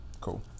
Cool